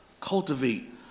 cultivate